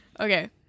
Okay